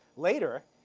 later,